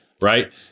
right